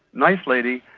nice lady,